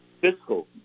Fiscal